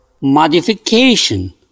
modification